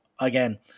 again